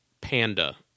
Panda